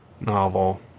novel